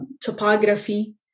topography